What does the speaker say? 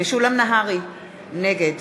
משולם נהרי, נגד